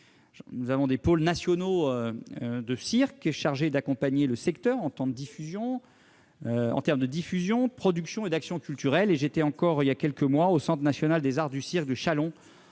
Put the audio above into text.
création. Des pôles nationaux du cirque sont chargés d'accompagner le secteur en termes de diffusion, de production et d'action culturelle. J'étais encore, il y a quelques mois, au Centre national des arts du cirque de